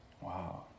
Wow